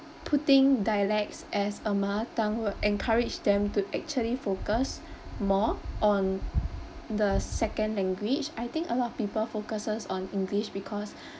putting dialects as a mother tongue will encourage them to actually focus more on the second language I think a lot of people focuses on english because